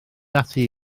ati